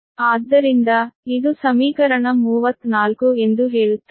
ಆದ್ದರಿಂದ ಇದು ಸಮೀಕರಣ 34 ಎಂದು ಹೇಳುತ್ತದೆ